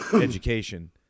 education